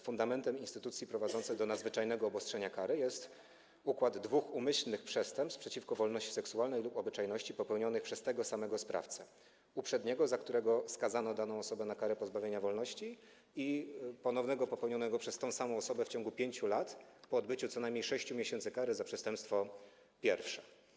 Fundamentem instytucji prowadzącej do nadzwyczajnego obostrzenia jest układ dwóch umyślnych przestępstw przeciwko wolności seksualnej lub obyczajności popełnionych przez tego samego sprawcę: uprzedniego, za które skazano daną osobę na karę pozbawienia wolności, i ponownego, popełnionego przez tę samą osobę w ciągu 5 lat po odbyciu co najmniej 6 miesięcy kary za przestępstwo pierwsze.